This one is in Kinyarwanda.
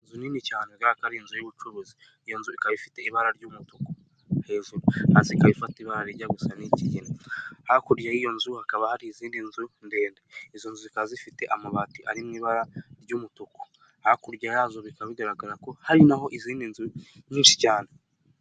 Inzu nini cyane igaragara ko ari inzu y'ubucuruzi, iyo nzu ikaba ifite ibara ry'umutuku hejuru sigaka ifata ibara rijya gusa n'iki hakurya y'iyo nzu hakaba hari izindi nzu ndende izo nzu zikaba zifite amabati ari mu ibara ry'umutuku hakurya yazo bikaba bigaragara ko hari naho izindi nzu nyinshi cyane.